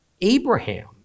Abraham